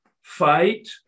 fight